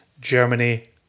Germany